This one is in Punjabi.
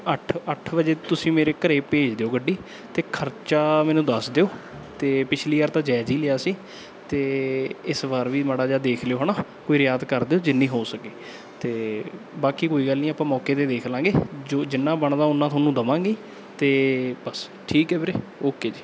ਅੱਠ ਅੱਠ ਵਜੇ ਤੁਸੀਂ ਮੇਰੇ ਘਰ ਭੇਜ ਦਿਓ ਗੱਡੀ ਅਤੇ ਖਰਚਾ ਮੈਨੂੰ ਦੱਸ ਦਿਓ ਅਤੇ ਪਿਛਲੀ ਵਾਰ ਤਾਂ ਜਾਇਜ਼ ਹੀ ਲਿਆ ਸੀ ਅਤੇ ਇਸ ਵਾਰ ਵੀ ਮਾੜਾ ਜਿਹਾ ਦੇਖ ਲਿਓ ਹੈ ਨਾ ਕੋਈ ਰਿਆਤ ਕਰ ਦਿਓ ਜਿੰਨੀ ਹੋ ਸਕੇ ਅਤੇ ਬਾਕੀ ਕੋਈ ਗੱਲ ਨਹੀਂ ਆਪਾਂ ਮੌਕੇ 'ਤੇ ਦੇਖ ਲਾਂਗੇ ਜੋ ਜਿੰਨਾ ਬਣਦਾ ਉੰਨਾ ਤੁਹਾਨੂੰ ਦੇਵਾਂਗੇ ਅਤੇ ਬਸ ਠੀਕ ਹੈ ਵੀਰੇ ਓਕੇ ਜੀ